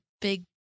big